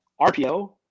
rpo